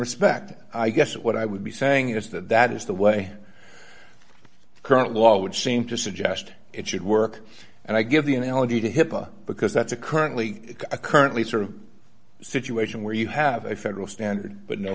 respect i guess what i would be saying is that that is the way the current law would seem to suggest it should work and i give the analogy to hipaa because that's a currently currently sort of situation where you have a federal standard but no